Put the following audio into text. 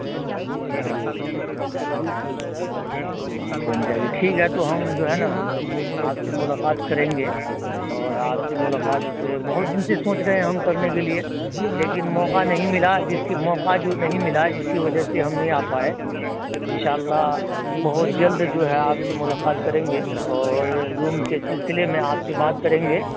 بات بن جائے گی ٹھیک ہے تو ہم جو ہے نا آپ سے ملاقات کریں گے اور آپ سے ملاقات بہت دن سے سوچ رہے ہیں ہم کرنے کے لیے لیکن موقع نہیں ملا جس کے موقع جو نہیں ملا جس کی وجہ سے ہم نہیں آ پائے انشاء اللہ بہت جلد جو ہے آپ سے ملاقات کریں گے اور روم کے سلسلے میں آپ سے بات کریں گے